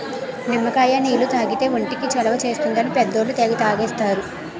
నిమ్మకాయ నీళ్లు తాగితే ఒంటికి చలవ చేస్తుందని పెద్దోళ్ళు తెగ తాగేస్తారు